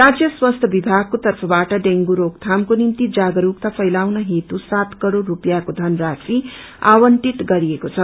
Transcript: राज्य स्वास्थ्य विभागको तर्फबाट डेंगू रोकथामको निम्ति जागरूकता फैलाउन हेतु सात करोड़ रूपियाँको धनराशि आवंटित गरिएको छ